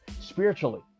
spiritually